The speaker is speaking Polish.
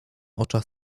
oczach